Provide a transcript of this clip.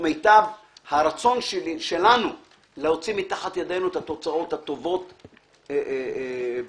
וכמיטב הרצון שלנו להוציא מתחת ידינו את התוצאות הטובות ביותר.